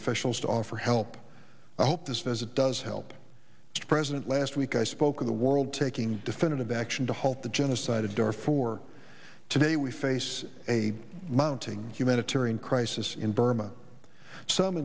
officials to offer help i hope this as it does help the president last week i spoke of the world taking definitive action to halt the genocide of dar for today we face a mounting humanitarian crisis in burma some